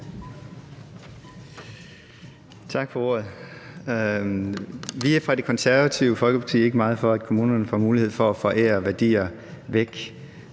Tak for ordet. Vi er i Det Konservative Folkeparti ikke meget for, at kommunerne får mulighed for at forære værdier væk.